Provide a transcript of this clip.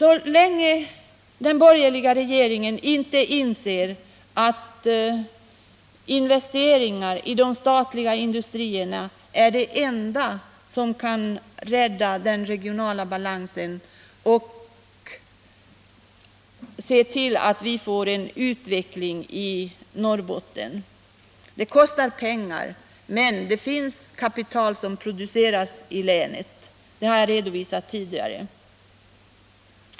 Också den borgerliga regeringen måste inse att investeringar i de statliga industrierna är det enda som kan rädda den regionala balansen och se till att vi får en utveckling i Norrbotten. Det kostar pengar, men det finns kapital som produceras i länet, det har jag redovisat tidigare.